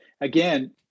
again